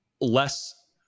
less